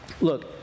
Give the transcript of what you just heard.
look